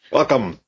Welcome